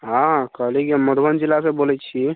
हँ कहली की हम मधुबनी जिलासँ बोलै छी